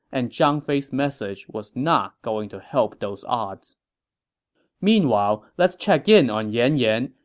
and zhang fei's message was not going to help those odds meanwhile, let's check in on yan yan,